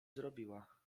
zrobiła